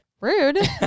Rude